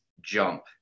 jump